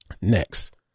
Next